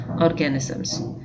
organisms